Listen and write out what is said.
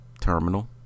terminal